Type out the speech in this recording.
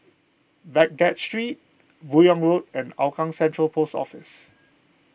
Baghdad Street Buyong Road and Hougang Central Post Office